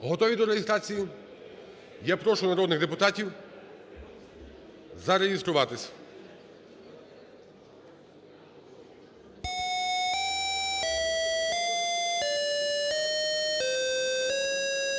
Готові до реєстрації? Я прошу народних депутатів зареєструватись.